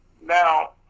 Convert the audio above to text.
Now